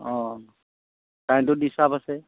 অঁ কাইণ্টো ডিছটাৰ্ব আছে